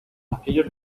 aquellos